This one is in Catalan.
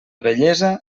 vellesa